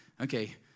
okay